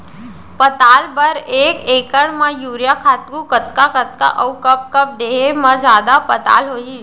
पताल बर एक एकड़ म यूरिया खातू कतका कतका अऊ कब कब देहे म जादा पताल होही?